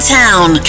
town